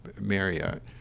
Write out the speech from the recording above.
Marriott